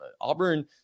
Auburn